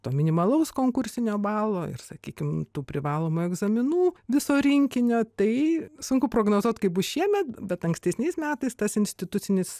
to minimalaus konkursinio balo ir sakykim tų privalomų egzaminų viso rinkinio tai sunku prognozuot kaip bus šiemet bet ankstesniais metais tas institucinis